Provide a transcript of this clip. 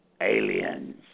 aliens